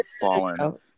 fallen